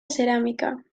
ceràmica